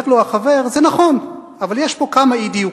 אומר לו החבר: זה נכון, אבל יש פה כמה אי-דיוקים,